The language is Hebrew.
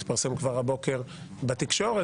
התפרסם כבר הבוקר בתקשורת